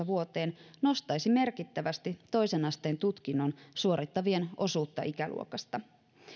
vuoteen nostaisi merkittävästi toisen asteen tutkinnon suorittavien osuutta ikäluokasta